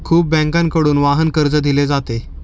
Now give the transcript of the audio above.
खूप बँकांकडून वाहन कर्ज दिले जाते